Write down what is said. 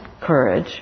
courage